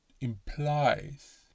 implies